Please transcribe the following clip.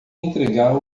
entregar